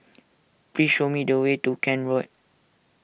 please show me the way to Kent Road